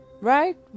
right